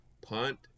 punt